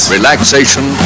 Relaxation